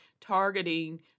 targeting